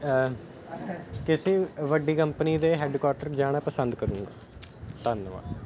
ਕਿਸੀ ਵੱਡੀ ਕੰਪਨੀ ਦੇ ਹੈਡਕੁਆਟਰ ਜਾਣਾ ਪਸੰਦ ਕਰੂਗਾ ਧੰਨਵਾਦ